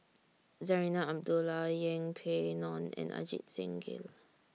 Zarinah Abdullah Yeng Pway Ngon and Ajit Singh Gill